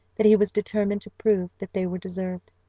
that he was determined to prove that they were deserved.